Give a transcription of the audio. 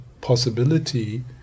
possibility